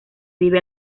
vive